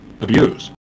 abuse